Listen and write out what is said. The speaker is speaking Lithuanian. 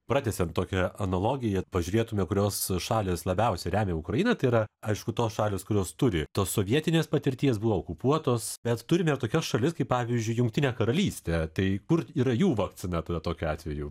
pratęsiant tokią analogiją pažiūrėtume kurios šalys labiausiai remia ukrainą tai yra aišku tos šalys kurios turi tos sovietinės patirties buvo okupuotos bet turime ir tokias šalis kaip pavyzdžiui jungtinė karalystė tai kur yra jų vakcina tada tokiu atveju